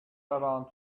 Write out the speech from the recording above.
around